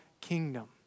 kingdom